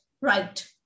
right